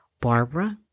Barbara